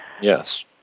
Yes